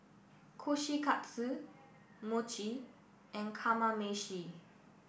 Kushikatsu Mochi and Kamameshi